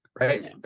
Right